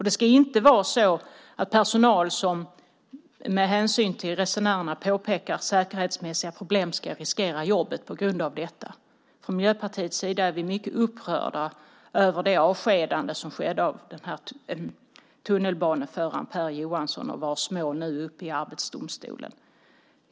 Det ska inte vara så att personal som av hänsyn till resenärerna påpekar säkerhetsmässiga problem ska riskera jobbet. Från Miljöpartiets sida är vi mycket upprörda över det avskedande som skedde av tunnelbaneföraren Per Johansson. Hans mål är nu uppe i Arbetsdomstolen.